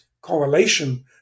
correlation